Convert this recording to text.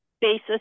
basis